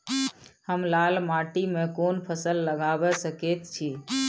हम लाल माटी में कोन फसल लगाबै सकेत छी?